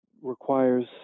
requires